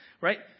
right